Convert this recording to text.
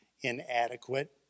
inadequate